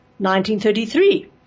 1933